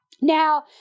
Now